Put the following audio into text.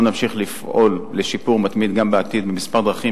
אנחנו נמשיך לפעול לשיפור מתמיד גם בעתיד בכמה דרכים,